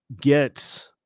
get